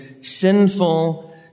sinful